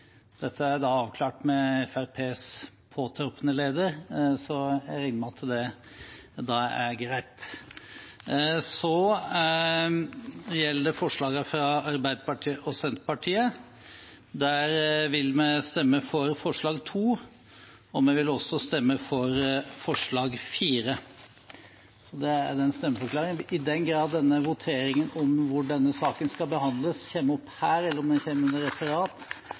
det gjelder forslagene fra Arbeiderpartiet og Senterpartiet, vil vi stemme for forslag nr. 2, og vi vil også stemme for forslag nr. 4. I den grad denne voteringen om hvor denne saken skal behandles, kommer opp her, eller om den kommer under referat,